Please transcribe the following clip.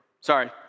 sorry